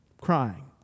crying